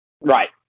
Right